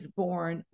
born